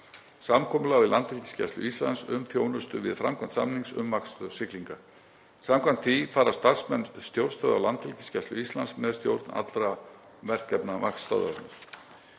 samkomulag við Landhelgisgæslu Íslands um þjónustu við framkvæmd samnings um vaktstöð siglinga. Samkvæmt því fara starfsmenn stjórnstöðvar Landhelgisgæslu Íslands með stjórn allra verkefna vaktstöðvarinnar.